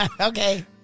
Okay